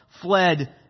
fled